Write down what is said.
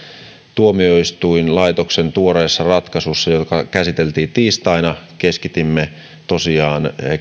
tuomioistuinlaitoksen tuoreessa ratkaisussa joka käsiteltiin tiistaina keskitimme tosiaan